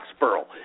Foxborough